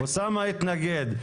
אוסאמה התנגד.